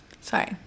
Sorry